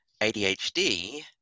ADHD